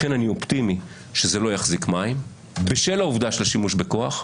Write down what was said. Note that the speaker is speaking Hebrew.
לכן אני אופטימי שזה לא יחזיק מים בשל העובדה של השימוש בכוח.